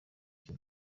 icyo